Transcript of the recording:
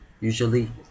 usually